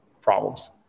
problems